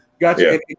Gotcha